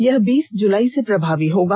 यह बीस जुलाई से प्रभावी होगा